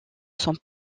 sont